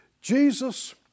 Jesus